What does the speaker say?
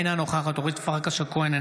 אינה נוכחת אורית פרקש הכהן,